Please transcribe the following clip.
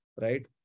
right